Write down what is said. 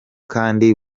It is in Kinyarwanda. kandi